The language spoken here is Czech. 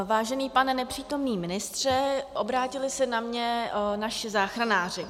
Vážený pane nepřítomný ministře, obrátili se na mě naši záchranáři.